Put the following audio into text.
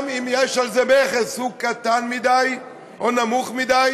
גם אם יש על זה מכס, הוא קטן מדי או נמוך מדי.